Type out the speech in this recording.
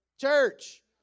church